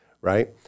right